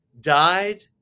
died